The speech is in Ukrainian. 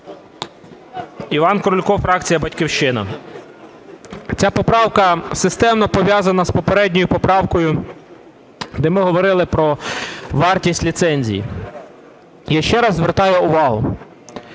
Іван Крулько, фракція "Батьківщина". Ця поправка системно пов'язана з попередньою поправкою, де ми говорили про вартість ліцензій. Я ще раз звертаю увагу: